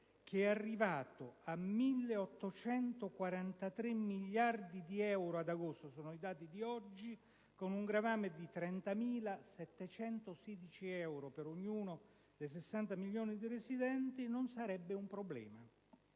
ha raggiunto 1.843 miliardi di euro ad agosto, con una gravame di 30.716 euro per ognuno dei 60 milioni di residenti, non sarebbe un problema.